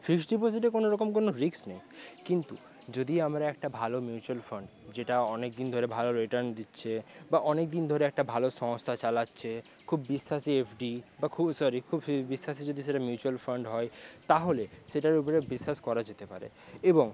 fixed ডিপোজিটে কোনোরকম কোনো রিস্ক নেই কিন্তু যদি আমরা একটা ভালো মিউচুয়াল ফান্ড যেটা অনেক দিন ধরে ভালো রিটার্ন দিচ্ছে বা অনেক দিন ধরে একটা ভালো সংস্থা চালাচ্ছে খুব বিশ্বাসী এফডি বা খুব সরি খুব ফি বিশ্বাসী যদি সেটা মিউচুয়াল ফান্ড হয় তাহলে সেটার উপরে বিশ্বাস করা যেতে পারে এবং